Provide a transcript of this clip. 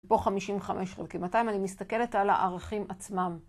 פה 55 חלקי 200, אני מסתכלת על הערכים עצמם.